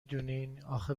دونین، اخه